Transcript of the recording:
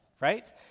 right